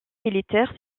militaire